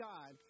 God